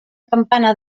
campana